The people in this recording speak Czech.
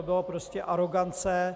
To byla prostě arogance.